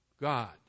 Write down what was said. God